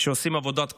שעושים עבודת קודש,